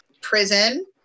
prison